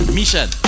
mission